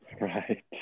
Right